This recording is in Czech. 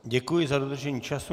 Děkuji i za dodržení času.